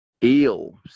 ill